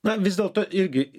na vis dėlto irgi